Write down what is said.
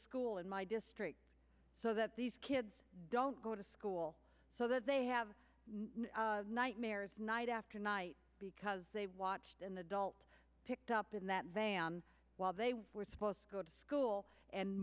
school in my district so that these kids don't go to school so that they have nightmares night after night because they watched in the dot picked up in that van while they were supposed to go to school and